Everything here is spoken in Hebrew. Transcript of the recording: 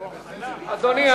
אדוני,